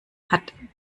hat